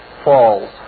falls